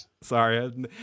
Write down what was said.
Sorry